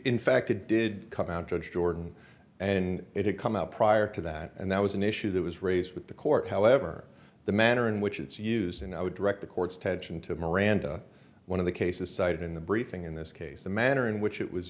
it did come out judge jordan and it had come out prior to that and that was an issue that was raised with the court however the manner in which it's used in i would direct the court's attention to miranda one of the cases cited in the briefing in this case the manner in which it was